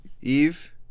Eve